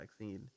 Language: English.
vaccine